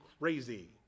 crazy